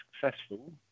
successful